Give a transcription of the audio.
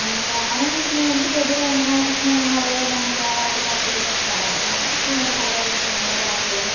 ആ ഞാനെന്ന് വെച്ചിട്ടുണ്ടെങ്കിൽ എനിക്ക് പൊതുവേ ഇങ്ങനെ മലയിലൊന്നും അങ്ങനെ കയറാൻ വലിയ താല്പര്യല്ലാത്തൊരാളാണ് കാരണം എനിക്ക് ഇങ്ങനെ സാധാ ഉള്ള സ്ഥലങ്ങള് പാർക്കുകള്